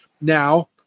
Now